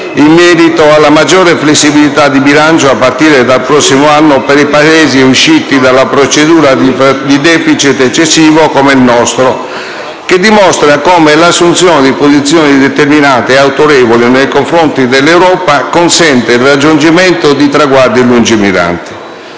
in merito alla maggiore flessibilità di bilancio a partire dal prossimo anno per i Paesi usciti dalla procedura di *deficit* eccessivo come il nostro, che dimostra come l'assunzione di posizioni determinate e autorevoli nei confronti dell'Europa consente il raggiungimento di traguardi lungimiranti.